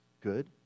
good